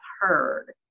heard